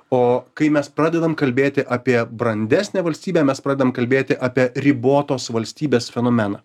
o kai mes pradedam kalbėti apie brandesnę valstybę mes pradedam kalbėti apie ribotos valstybės fenomeną